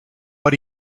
but